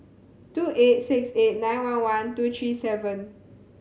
two eight six eight nine one one two three seven